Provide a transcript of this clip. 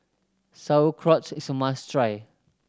sauerkrauts is a must try